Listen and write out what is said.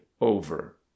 over